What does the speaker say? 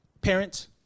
Parents